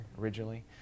originally